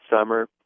summer